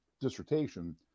dissertation